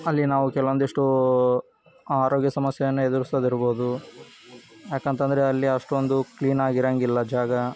ಅಲ್ಲಿ ನಾವು ಕೆಲವೊಂದಿಷ್ಟು ಆರೋಗ್ಯ ಸಮಸ್ಯೆಯನ್ನು ಎದುರಿಸೋದಿರ್ಬೋದು ಯಾಕಂತ ಅಂದ್ರೆ ಅಲ್ಲಿ ಅಷ್ಟೊಂದು ಕ್ಲೀನಾಗಿರೋಂಗಿಲ್ಲ ಜಾಗ